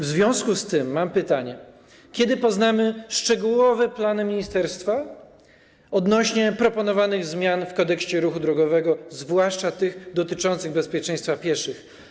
W związku z tym mam pytanie: Kiedy poznamy szczegółowe plany ministerstwa odnośnie do proponowanych zmian w kodeksie ruchu drogowego, zwłaszcza tych dotyczących bezpieczeństwa pieszych?